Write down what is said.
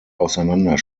auseinander